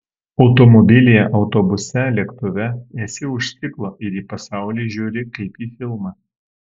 automobilyje autobuse lėktuve esi už stiklo ir į pasaulį žiūri kaip į filmą